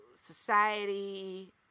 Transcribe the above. society